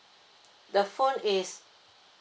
the phone is